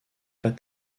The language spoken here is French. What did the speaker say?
pas